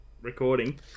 recording